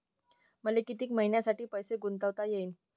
मले कितीक मईन्यासाठी पैसे गुंतवता येईन?